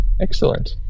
excellent